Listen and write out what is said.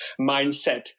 mindset